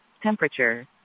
Temperature